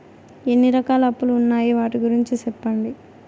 ఎన్ని రకాల అప్పులు ఉన్నాయి? వాటి గురించి సెప్పండి?